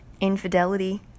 infidelity